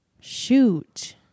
Shoot